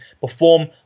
perform